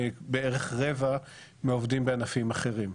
ובערך רבע מהעובדים בענפים אחרים.